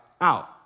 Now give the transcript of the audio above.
out